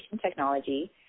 technology